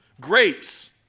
Grapes